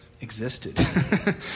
existed